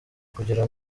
kugira